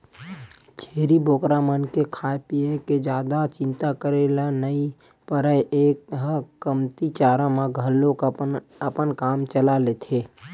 छेरी बोकरा मन के खाए पिए के जादा चिंता करे ल नइ परय ए ह कमती चारा म घलोक अपन काम चला लेथे